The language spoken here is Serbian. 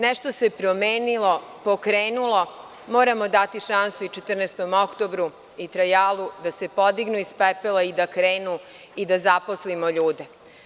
Nešto se promenilo, pokrenulo, moramo dati šansu i „14. oktobru“ i „Trajalu“ da se podignu iz pepela i da krenu i da zaposlimo ljude.